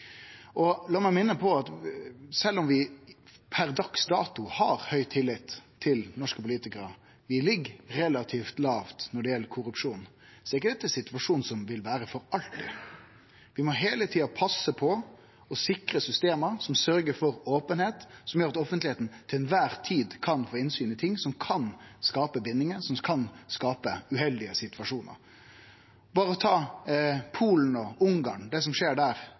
La meg minne om at sjølv om vi per dags dato har høg tillit til norske politikarar – vi ligg relativt lågt når det gjeld korrupsjon – er ikkje det ein situasjon som vil vere for alltid. Vi må heile tida passe på og sikre at vi har system som sørgjer for openheit, som gjer at offentlegheita til kvar tid kan få innsyn i ting som kan skape bindingar, og som kan skape uheldige situasjonar. Se berre på det som skjer i Polen og Ungarn